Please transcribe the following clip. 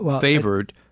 favored